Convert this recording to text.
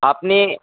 আপনি